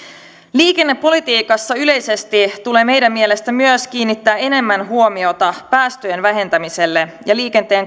liikennepolitiikassa yleisesti tulee meidän mielestämme myös kiinnittää enemmän huomiota päästöjen vähentämiseen ja liikenteen